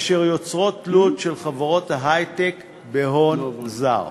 אשר יוצרות תלות של חברות ההיי-טק בהון זר.